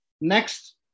Next